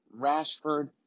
Rashford